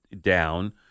down